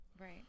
Right